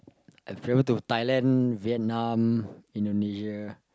I've traveled to Thailand Vietnam Indonesia